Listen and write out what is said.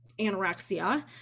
Anorexia